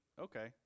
Okay